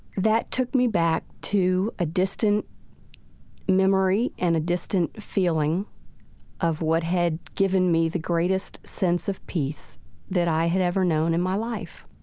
that took me back to a distant memory and a distant feeling of what had given me the greatest sense of peace that i had ever known in my life.